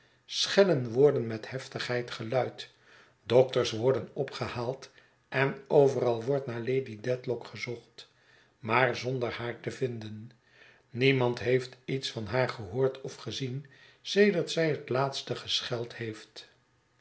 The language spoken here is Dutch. schellen worden met heftigheid geluid dokters worden opgehaald en overal wordt naar lady dedlock gezocht maar zonder haar te vinden niemand heeft iets van haar gehoord of gezien sedert zij het laatst gescheld heeft